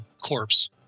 corpse